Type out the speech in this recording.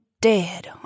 dead